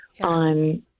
on